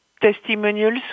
testimonials